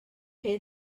chi